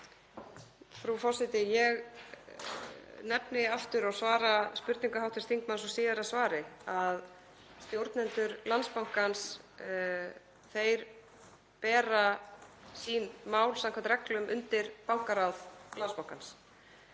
Frú forseti. Ég nefni aftur og svara spurningu hv. þingmanns í síðara svari að stjórnendur Landsbankans bera sín mál samkvæmt reglum undir bankaráð Landsbankans.